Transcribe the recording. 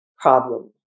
problem